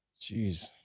Jeez